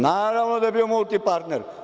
Naravno da je bio „Multirpartner“